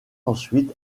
ensuite